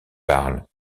parle